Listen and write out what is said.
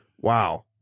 wow